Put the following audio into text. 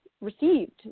received